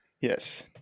Yes